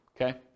Okay